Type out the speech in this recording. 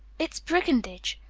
it's brigandage!